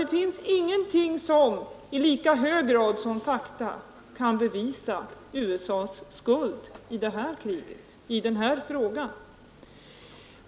Det finns nämligen ingenting som i lika hög grad som fakta kan bevisa USA:s skuld i frågan om kriget i Indokina.